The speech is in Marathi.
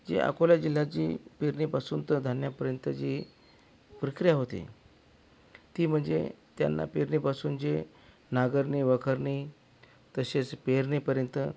जे अकोला जिल्ह्यात जी पेरणीपासून तर धान्यापर्यंत जी प्रक्रिया होते ती म्हणजे त्यांना पेरणीपासून जे नांगरणी वखरणी तसेच पेरणीपर्यंत